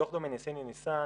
בדוח דומיניסיני-ניסן